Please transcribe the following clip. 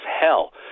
hell